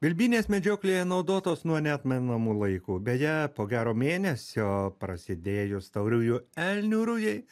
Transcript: vilbynės medžioklėje naudotos nuo neatmenamų laikų beje po gero mėnesio prasidėjus tauriųjų elnių rujai